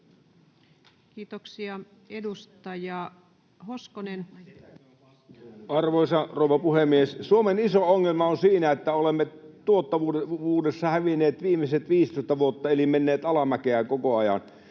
Time: 15:19 Content: Arvoisa rouva puhemies! Suomen iso ongelma on siinä, että olemme tuottavuudessa hävinneet viimeiset 15 vuotta, eli menneet alamäkeä koko ajan.